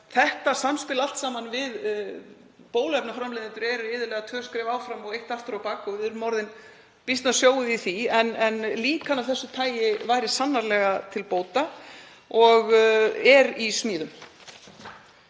þetta samspil allt saman við bóluefnaframleiðendur er iðulega tvö skref áfram og eitt aftur á bak og við erum orðin býsna sjóuð í því. En líkan af þessu tagi væri sannarlega til bóta og er í smíðum.